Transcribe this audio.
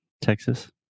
Texas